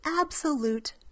absolute